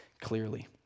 clearly